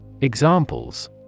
Examples